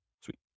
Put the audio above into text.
Sweet